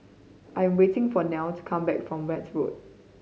I am waiting for Niled to come back from Weld Road